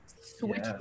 Switch